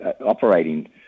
operating